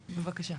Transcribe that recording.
בבקשה.